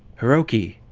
hiroki?